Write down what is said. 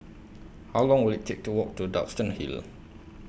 How Long Will IT Take to Walk to Duxton Hill